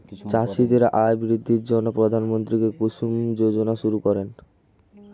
চাষীদের আয় বৃদ্ধির জন্য প্রধানমন্ত্রী কুসুম যোজনা শুরু করেন